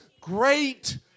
great